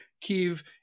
Kiev